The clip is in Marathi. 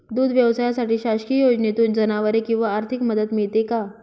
दूध व्यवसायासाठी शासकीय योजनेतून जनावरे किंवा आर्थिक मदत मिळते का?